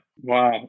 Wow